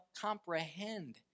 comprehend